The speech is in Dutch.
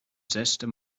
zesde